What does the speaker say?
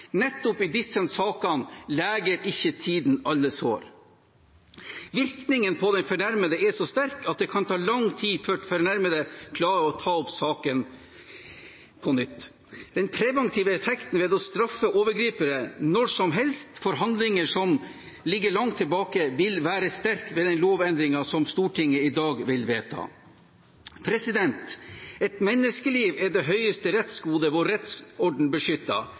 nettopp disse sakene leger ikke tiden alle sår. Virkningen på den fornærmede er så sterk at det kan ta lang tid før den fornærmede klarer å ta opp saken på nytt. Den preventive effekten av å straffe overgripere når som helst for handlinger som ligger langt tilbake i tid, vil være sterk med den lovendringen Stortinget i dag vil vedta. Et menneskeliv er det høyeste rettsgode vår rettsorden beskytter.